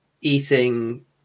eating